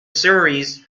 series